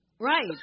Right